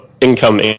income